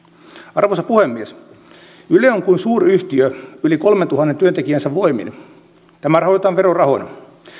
arvoisa puhemies yle on kuin suuryhtiö yli kolmetuhatta työntekijänsä voimin tämä rahoitetaan verorahoilla